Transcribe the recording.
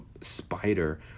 spider